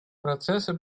процессы